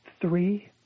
three